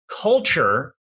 culture